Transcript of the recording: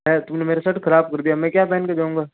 हैं तुम ने मेरा शर्ट खराब कर दिया मैं अब क्या पहन के जाऊंगा